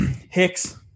Hicks